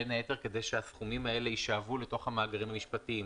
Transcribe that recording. בין היתר כדי שהסכומים האלה יישאבו לתוך המאגרים המשפטיים,